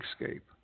escape